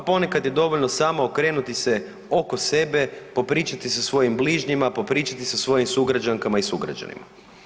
A ponekad je dovoljno samo okrenuti se oko sebe, popričati sa svojim bližnjima, popričati sa svojim sugrađankama i sugrađanima.